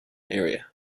area